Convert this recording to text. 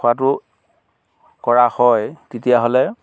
কৰাতো কৰা হয় তেতিয়া হ'লে